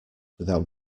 without